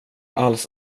alls